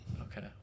Okay